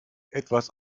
etwas